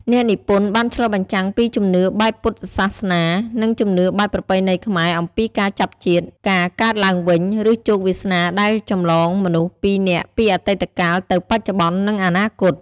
អ្នកនិពន្ធបានឆ្លុះបញ្ចាំងពីជំនឿបែបពុទ្ធសាសនា នឹងជំនឿបែបប្រពៃណីខ្មែរអំពីការចាប់ជាតិ ការកើតឡើងវិញ ឬជោគវាសនាដែលចម្លងមនុស្សពីរនាក់ពីអតីតកាលទៅបច្ចុប្បន្ន និងអនាគត ។